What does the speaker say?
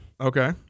Okay